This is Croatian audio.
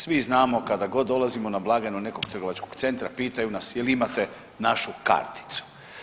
Svi znamo kada god dolazimo na blagajnu nekog trgovačkog centra pitaju nas jel imate našu karticu.